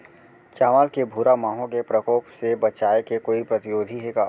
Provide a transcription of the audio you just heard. चांवल के भूरा माहो के प्रकोप से बचाये के कोई प्रतिरोधी हे का?